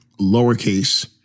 lowercase